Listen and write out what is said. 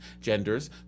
genders